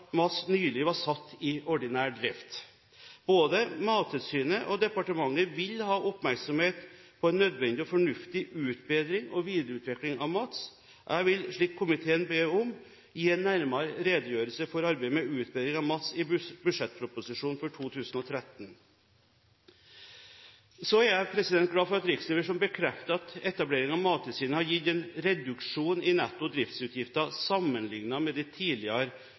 nylig var satt i ordinær drift. Både Mattilsynet og departementet vil ha oppmerksomhet på en nødvendig og fornuftig utbedring og videreutvikling av MATS. Jeg vil, slik komiteen ber om, gi en nærmere redegjørelse for arbeidet med utbedring av MATS i budsjettproposisjonen for 2013. Så er jeg glad for at Riksrevisjonen bekrefter at etablering av Mattilsynet har gitt en reduksjon i netto driftsutgifter, sammenlignet med de tidligere